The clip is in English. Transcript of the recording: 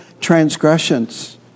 transgressions